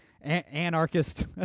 anarchist